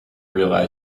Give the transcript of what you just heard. realized